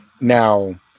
Now